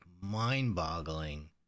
mind-boggling